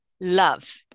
love